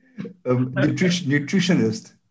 Nutritionist